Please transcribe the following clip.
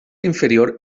inferior